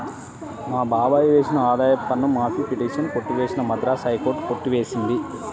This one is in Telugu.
మా బాబాయ్ వేసిన ఆదాయపు పన్ను మాఫీ పిటిషన్ కొట్టివేసిన మద్రాస్ హైకోర్టు కొట్టి వేసింది